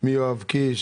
יותר יקר בחיים